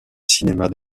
cinéma